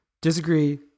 disagree